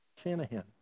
Shanahan